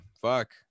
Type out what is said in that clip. fuck